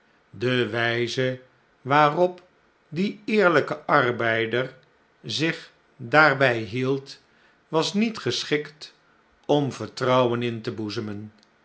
de wyze waarop die eerlyke arbeider zich daarby hield was niet geschikt om vertrouwen in te boezemen